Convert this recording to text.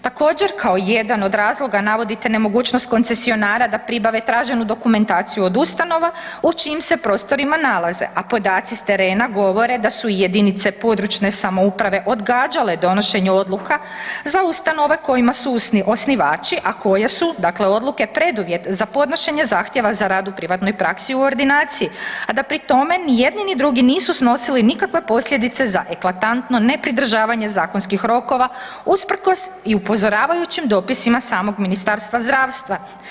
Također kao jedan od razloga navodi te nemogućnost koncesionara da pribave traženu dokumentaciju od ustanova u čijim se prostorima nalaze a podaci s terena govore da su jedinice područne samouprave odgađale donošenje odluka za ustanove kojima su osnivači a koje su dakle odluke preduvjet za podnošenje zahtjeva za rad u privatnoj praksi u ordinaciji a da pri tome nijedni ni drugi nisu snosili nikakve posljedice za eklatantno nepridržavanje zakonskih rokova usprkos i upozoravajućim dopisima samog Ministarstva zdravstva.